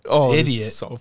idiot